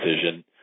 decision